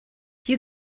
you